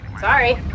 Sorry